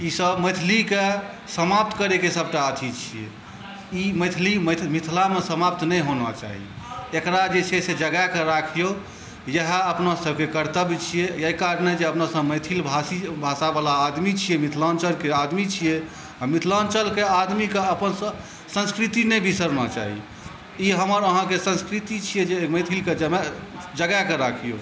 ई सब मैथिली कए समाप्त करय के सबटा अथी छियै ई मैथिली मिथिलामे समाप्त नहि होना चाही एकरा जे छै जगाए कए राखियौ इएह अपना सबके कर्तव्य छियै एहि कारणे जे अपनासब मैथिली भासाबला आदमी छियै मिथिलाञ्चलके आदमी छियै आ मिथिलाञ्चलके आदमी कए अपन संसकृति नहि बिसरना चाही ई हमर अहाँके संसकृति छियै जे मैथली कए जमाय जगाय कए राखियौ